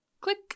click